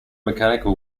mechanical